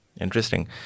Interesting